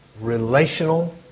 relational